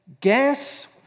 guess